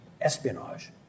espionage